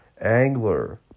Angler